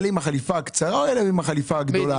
אלה עם החליפה הקצרה או אלה עם החליפה הגדולה עליהם?